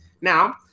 Now